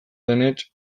denetz